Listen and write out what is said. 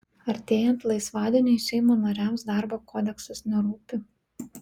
artėjant laisvadieniui seimo nariams darbo kodeksas nerūpi